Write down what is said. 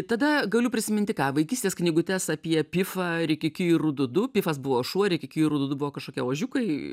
tada galiu prisiminti ką vaikystės knygutes apie pifą rikiki ir rududu pifas buvo šuo ir rikiki ir rududu buvo kažkokie ožiukai